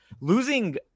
losing